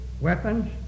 weapons